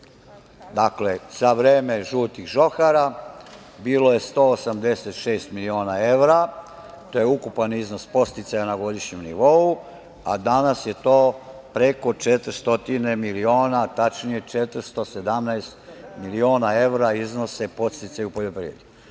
Dakle, za vreme žutih žohara bilo je 186 miliona evra. To je ukupan iznos podsticaja na godišnjem nivou, a danas je to preko 400 miliona, tačnije 417 milina evra iznose podsticaji u poljoprivredi. Agrarni